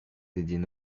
dédiées